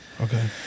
Okay